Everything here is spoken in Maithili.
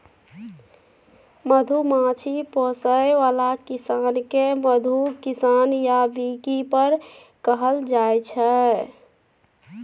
मधुमाछी पोसय बला किसान केँ मधु किसान या बीकीपर कहल जाइ छै